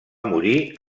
morir